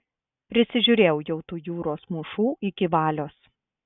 prisižiūrėjau jau tų jūros mūšų iki valios